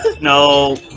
No